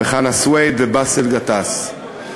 חנא סוייד ובאסל גטאס.